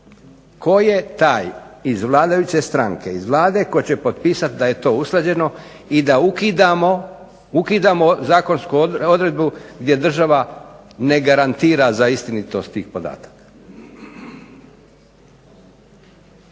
Tko je taj iz vladajuće stranke, iz Vlade tko će potpisati da je to usklađeno, i da ukidamo zakonsku odredbu gdje država ne garantira za istinitost tih podataka?